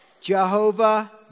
Jehovah